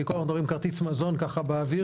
כי כולם מדברים כרטיס מזון, ככה באוויר.